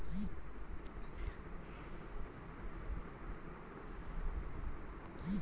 UPI के मदद से तोय कहीं पर अपनो खाता से पैसे भेजै पारै छौ